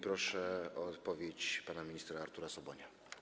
Proszę o odpowiedź pana ministra Artura Sobonia.